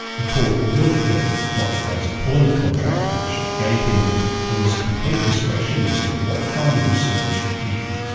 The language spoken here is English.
the court looked at dr gray's employment contract, which gave him almost complete discretion as to what kind of research he did,